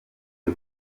ubu